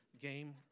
game